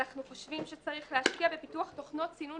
אנחנו חושבים שצריך להשקיע בפיתוח תוכנות סינון